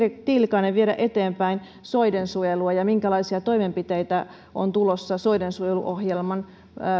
tiilikainen viedä eteenpäin soidensuojelua ja minkälaisia toimenpiteitä on tulossa soidensuojeluohjelman